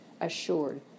assured